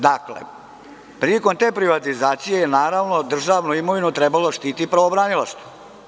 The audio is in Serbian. Dakle, prilikom te privatizacije, naravno, državnu imovinu je trebalo da štiti pravobranilaštvo.